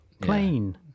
plane